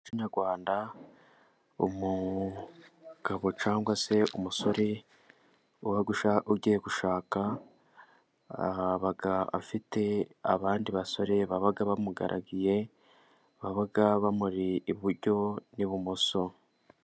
Mu Rwanda, umugabo cyangwa se umusore uba ugiye gushaka, aba afite abandi basore baba bamugaragiye, baba bamuri iburyo n'ibumoso.